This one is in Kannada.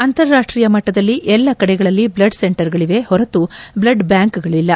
ಅಂತಾರಾಷ್ಟೀಯ ಮಟ್ಟದಲ್ಲಿ ಎಲ್ಲ ಕಡೆಗಳಲ್ಲಿ ಬ್ಲಡ್ ಸೆಂಟರ್ಗಳವೆ ಹೊರತು ಬ್ಲಡ್ ಬ್ಯಾಂಕ್ಗಳಲ್ಲ